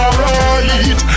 right